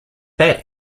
that